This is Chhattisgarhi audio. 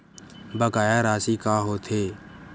बकाया राशि का होथे?